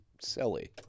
silly